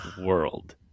world